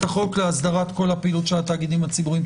החוק להסדרת כל הפעילות של התאגידים הציבוריים.